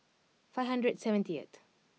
five hundred and seventy eight